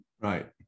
right